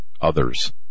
others